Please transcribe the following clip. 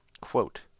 quote